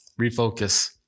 refocus